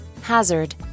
Hazard